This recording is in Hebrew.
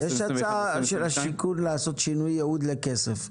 2022. יש הצעה של השיכון לעשות שינוי ייעוד לכסף,